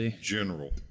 general